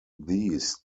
these